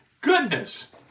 Goodness